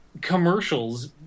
commercials